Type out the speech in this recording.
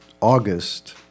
August